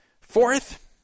Fourth